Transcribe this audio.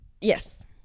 yes